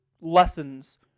lessons